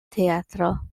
teatro